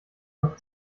noch